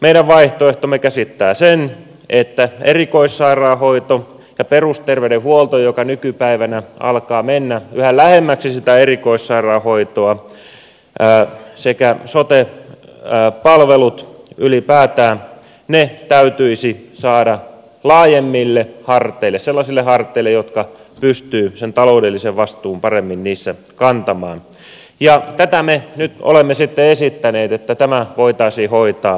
meidän vaihtoehtomme käsittää sen että erikoissairaanhoito ja perusterveydenhuolto joka nykypäivänä alkaa mennä yhä lähemmäksi sitä erikoissairaanhoitoa sekä sote palvelut ylipäätään täytyisi saada laajemmille harteille sellaisille harteille jotka pystyvät sen taloudellisen vastuun paremmin niissä kantamaan ja tätä me nyt olemme sitten esittäneet että tämä voitaisiin hoitaa maakunnallisesti